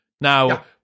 Now